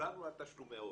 דיברנו על תשלומי הורים.